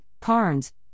Carnes